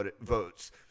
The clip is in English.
votes